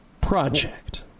project